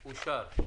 אושר.